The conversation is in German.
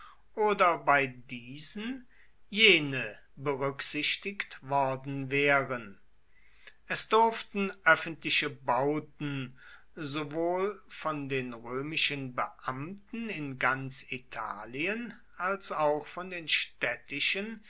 oder bei diesen jene berücksichtigt worden wären es durften öffentliche bauten sowohl von den römischen beamten in ganz italien als auch von den städtischen